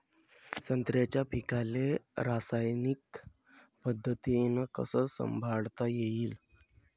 संत्र्याच्या पीकाले रासायनिक पद्धतीनं कस संभाळता येईन?